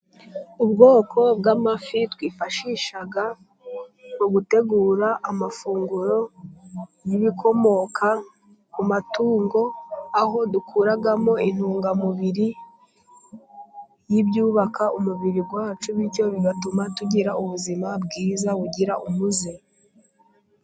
Ubwoko bw'amafi twifashisha mu gutegura amafunguro y'ibikomoka ku matungo, aho dukuramo intungamubiri y'ibyubaka umubiri wacu, bityo bigatuma tugira ubuzima bwiza buzira umuze.